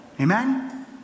Amen